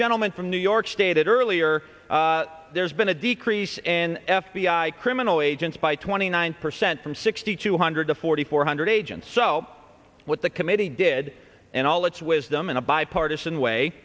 gentleman from new york stated earlier there's been a decrease in f b i criminal agents by twenty nine percent from sixty two hundred forty four hundred agents so what the committee did and all its wisdom in a bipartisan way